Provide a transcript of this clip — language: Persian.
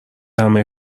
همه